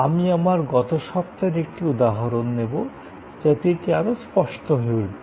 আমি আমার গত সপ্তাহের একটি উদাহরণ নেব যাতে এটি আরও স্পষ্ট হয়ে উঠবে